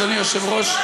אדוני היושב-ראש,